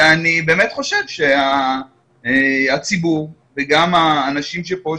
אני באמת חושב שהציבור וגם האנשים שפה,